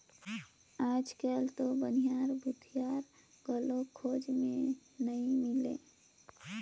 आयज कायल तो बनिहार, भूथियार घलो खोज मे नइ मिलें